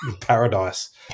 paradise